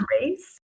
race